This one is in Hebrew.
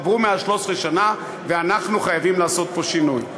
עברו מאז 13 שנה ואנחנו חייבים לעשות פה שינוי.